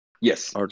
Yes